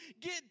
get